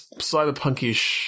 cyberpunkish